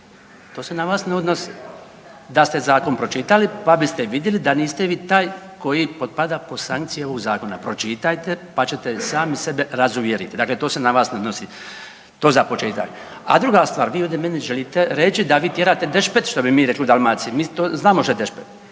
to se na vas ne odnosi. Da ste zakon pročitali pa biste vidjeli da niste vi taj koji potpada pod sankcije u zakona, pročitajte pa ćete sami sebe razuvjeriti. Dakle to se na vas ne odnosi. To za početak. A druga stvar, vi ovdje meni želite reći da vi tjerate dešpet što bi mi rekli u Dalmaciji. Mi to znamo šta je dešpet.